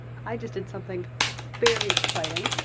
i just did something very exciting.